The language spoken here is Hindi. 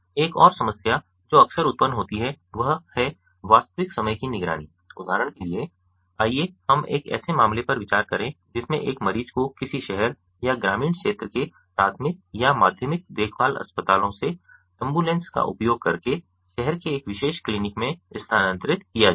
एक और समस्या जो अक्सर उत्पन्न होती है वह है वास्तविक समय की निगरानी उदाहरण के लिए आइए हम एक ऐसे मामले पर विचार करें जिसमें एक मरीज को किसी शहर या ग्रामीण क्षेत्र के प्राथमिक या माध्यमिक देखभाल अस्पतालों से एम्बुलेंस का उपयोग करके शहर के एक विशेष क्लिनिक में स्थानांतरित किया जाता है